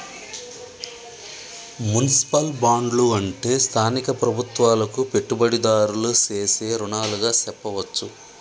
municipal బాండ్లు అంటే స్థానిక ప్రభుత్వాలకు పెట్టుబడిదారులు సేసే రుణాలుగా సెప్పవచ్చు